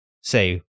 say